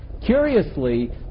curiously